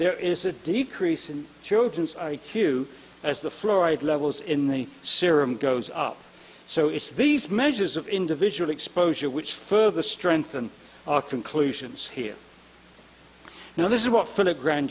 there is a decrease in children's i q as the fluoride levels in the serum goes up so it's these measures of individual exposure which further strengthen our conclusions here now this is what for the grand